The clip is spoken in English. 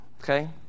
okay